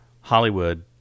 Hollywood